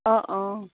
অঁ অঁ